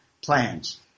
plans